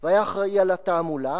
והיה אחראי לתעמולה,